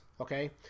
okay